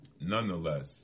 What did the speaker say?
nonetheless